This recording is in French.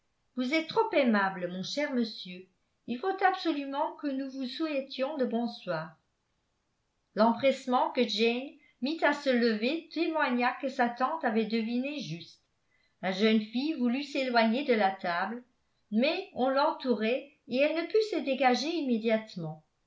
vous êtes trop aimable mon cher monsieur il faut absolument que nous vous souhaitions le bonsoir l'empressement que jane mit à se lever témoigna que sa tante avait deviné juste la jeune fille voulut s'éloigner de la table mais on l'entourait et elle ne put se dégager immédiatement